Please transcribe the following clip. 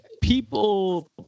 people